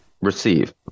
receive